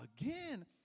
Again